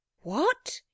What